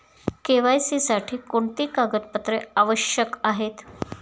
KYC साठी कोणती कागदपत्रे आवश्यक आहेत?